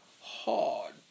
hard